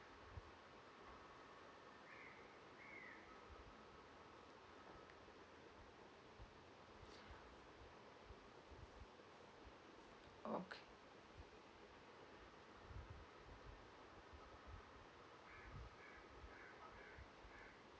okay